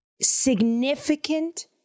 significant